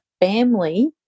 family